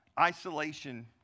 Isolation